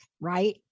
right